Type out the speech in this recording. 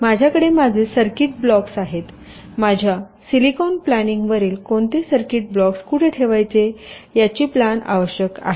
माझ्याकडे माझे circuit blocks आहेत माझ्या सिलिकॉन प्लॅनिंग वरील कोणते सर्किट ब्लॉक्स कुठे ठेवायचे याची प्लॅन आवश्यक आहे